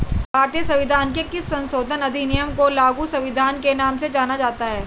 भारतीय संविधान के किस संशोधन अधिनियम को लघु संविधान के नाम से जाना जाता है?